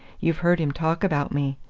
you've heard him talk about me.